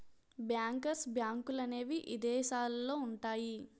bankers బ్యాంకులనేవి ఇదేశాలల్లో ఉంటయ్యి